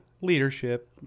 Leadership